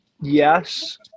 Yes